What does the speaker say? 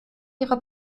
ihre